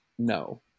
No